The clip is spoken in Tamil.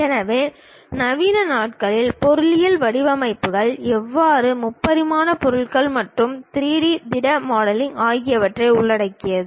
எனவே நவீன நாட்களில் பொறியியல் வடிவமைப்புகள் எப்போதும் முப்பரிமாண பொருள்கள் மற்றும் 3 டி திட மாடலிங் ஆகியவற்றை உள்ளடக்கியது